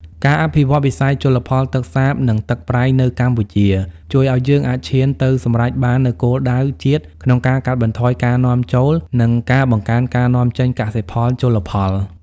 ការអភិវឌ្ឍវិស័យជលផលទឹកសាប និងទឹកប្រៃនៅកម្ពុជា ជួយឱ្យយើងអាចឈានទៅសម្រេចបាននូវគោលដៅជាតិក្នុងការកាត់បន្ថយការនាំចូល និងការបង្កើនការនាំចេញកសិផលជលផល។